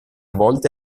volte